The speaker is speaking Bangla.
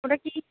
এবার কী